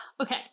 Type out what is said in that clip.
Okay